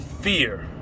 fear